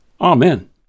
Amen